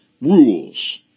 rules